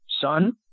son